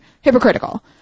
hypocritical